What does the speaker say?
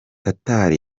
qatar